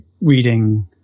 reading